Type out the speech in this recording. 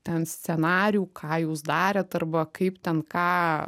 ten scenarijų ką jūs darėt arba kaip ten ką